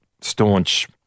staunch